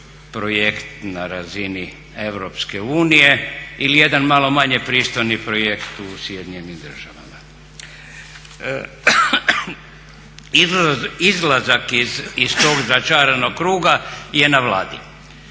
na razini EU ili jedan malo manje pristojni projekt u Sjedinjenim Državama. Izlazak iz tog začaranog kruga je na Vladi.